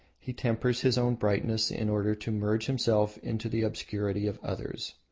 he tempers his own brightness in order to merge himself into the obscurity of others.